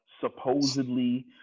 supposedly